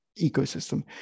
ecosystem